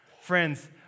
Friends